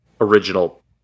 original